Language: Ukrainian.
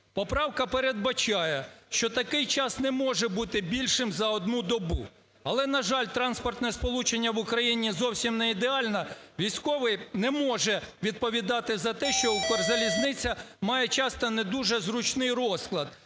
Поправка передбачає, що такий час не може бути більшим за одну добу. Але на жаль, транспортне сполучення в Україні зовсім не ідеальне. Військовий не може відповідати за те, що "Укрзалізниця" має часто не дуже зручний розклад,